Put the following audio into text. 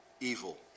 evil